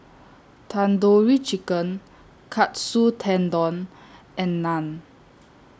Tandoori Chicken Katsu Tendon and Naan